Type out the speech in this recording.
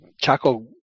Chaco